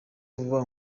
vuba